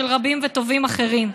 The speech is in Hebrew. של רבים וטובים אחרים.